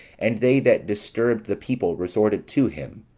and they that disturbed the people resorted to him,